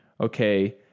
okay